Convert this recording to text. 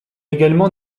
également